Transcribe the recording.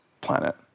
planet